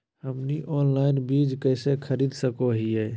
हमनी ऑनलाइन बीज कइसे खरीद सको हीयइ?